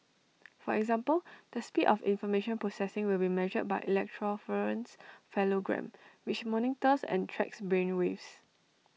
for example the speed of information processing will be measured by electroencephalogram which monitors and tracks brain waves